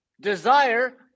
desire